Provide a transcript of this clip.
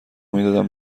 میدادم